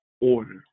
order